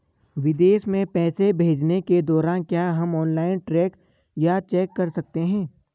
विदेश में पैसे भेजने के दौरान क्या हम ऑनलाइन ट्रैक या चेक कर सकते हैं?